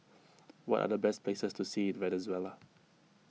what are the best places to see in Venezuela